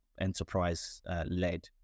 enterprise-led